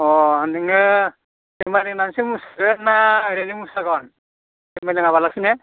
अ नोङो थारमानि नोंसो मोसागोन ना ओरैनोसो मोसागोन फेनेल नाङा लासिनो